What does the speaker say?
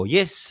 Yes